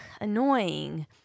annoying